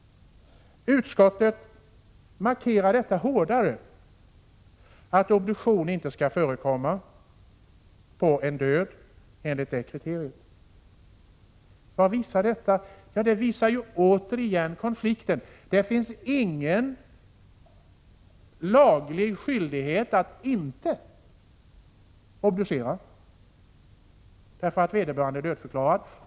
Utskottet markerar hårdare att obduktion inte skall förekomma på en död enligt hjärndödskriteriet. Vad visar detta? Det visar återigen en konflikt. Det finns ingen laglig skyldighet att inte obducera, eftersom vederbörande är dödförklarad.